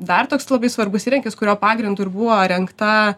dar toks labai svarbus įrankis kurio pagrindu ir buvo rengta